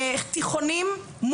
תיכונים,